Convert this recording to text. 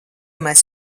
mēs